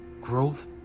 growth